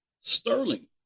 Sterling